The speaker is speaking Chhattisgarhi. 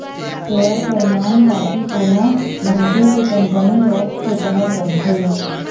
सेयर परमान पाती कोनो मनखे के कंपनी एक्ट के तहत बनथे